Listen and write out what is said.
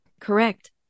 Correct